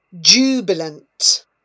Jubilant